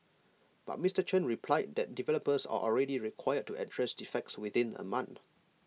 but Mister Chen replied that developers are already required to address defects within A month